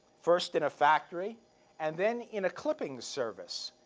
first in a factory and then in a clipping service.